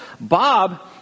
Bob